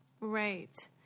Right